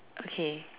okay